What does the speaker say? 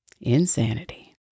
insanity